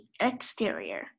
exterior